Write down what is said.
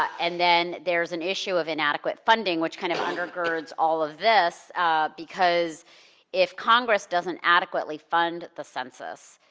and then there's an issue of inadequate funding, which kind of undergirds all of this because if congress doesn't adequately fund the census,